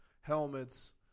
helmets